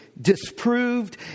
disproved